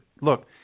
Look